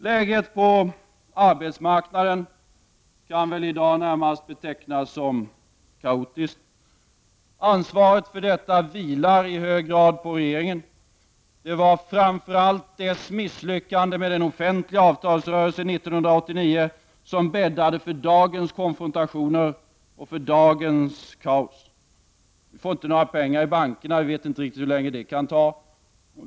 Läget på arbetsmarknaden kan väl i dag närmast betecknas som kaotiskt. Ansvaret för detta vilar i hög grad på regeringen. Det var framför allt dess misslyckande med den offentliga avtalsrörelsen 1989 som bäddade för dagens konfrontationer och dagens kaos. Vi får inte några pengar i bankerna. Vi vet inte riktigt hur länge det kommer att vara.